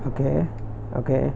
okay okay